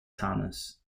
tanis